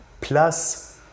plus